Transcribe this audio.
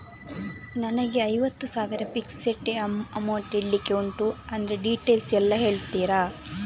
ನನಗೆ ಐವತ್ತು ಸಾವಿರ ಫಿಕ್ಸೆಡ್ ಅಮೌಂಟ್ ಇಡ್ಲಿಕ್ಕೆ ಉಂಟು ಅದ್ರ ಡೀಟೇಲ್ಸ್ ಎಲ್ಲಾ ಹೇಳ್ತೀರಾ?